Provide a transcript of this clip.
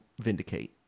vindicate